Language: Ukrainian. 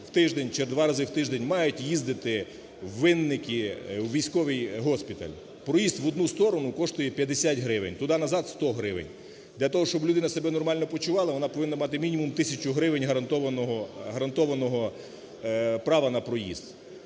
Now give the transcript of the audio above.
в тиждень чи два рази в тиждень мають їздити в Винники у військовий госпіталь. Проїзд в одну сторону коштує 50 гривень, туди-назад – 100 гривень. Для того, щоб людина себе нормально почувала, вона повинна мати мінімум тисячу гривень гарантованого права на проїзд,